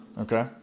Okay